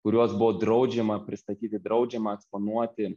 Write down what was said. kuriuos buvo draudžiama pristatyti draudžiama eksponuoti